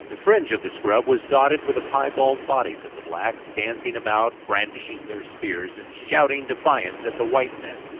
the fringe of the scrub was dotted with the piebald bodies of the blacks, dancing about, brandishing their spears, and shouting defiance at the white men.